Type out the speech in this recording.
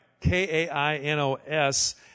K-A-I-N-O-S